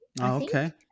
Okay